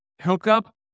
hookup